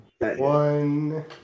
One